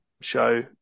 show